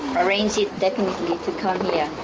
arranged it definitely to come here,